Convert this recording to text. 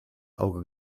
auge